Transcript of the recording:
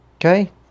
Okay